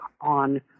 on